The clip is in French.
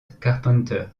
carpenter